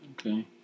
okay